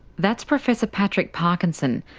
that's professor patrick parkinson,